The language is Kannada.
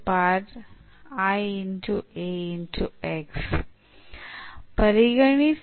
ಪರಿಗಣಿಸಿ